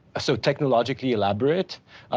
so technologically elaborate,